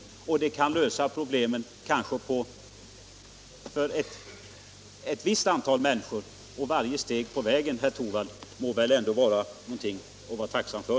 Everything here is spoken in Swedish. Beställningen kan kanske lösa problemen för ett visst antal människor, och varje steg på vägen, herr Torwald, må väl ändå vara någonting att vara tacksam för.